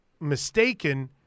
mistaken